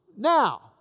Now